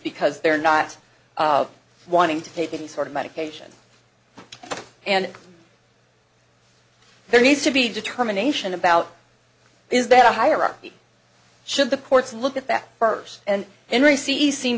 because they're not wanting to take any sort of medication and there needs to be a determination about is that a hierarchy should the courts look at that first and henry c e seem